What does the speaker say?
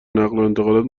نقلوانتقالات